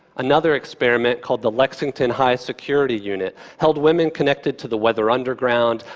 another experiment called the lexington high security unit held women connected to the weather underground,